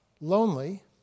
lonely